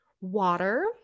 Water